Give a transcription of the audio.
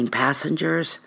passengers